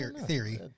theory